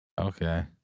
Okay